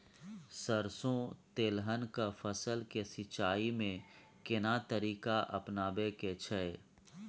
सरसो तेलहनक फसल के सिंचाई में केना तरीका अपनाबे के छै?